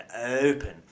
open